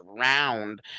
round